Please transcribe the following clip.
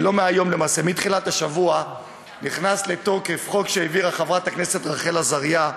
בתחילת השבוע נכנס לתוקף חוק שהעבירה חברת הכנסת רחל עזריה,